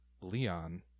Leon